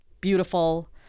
beautiful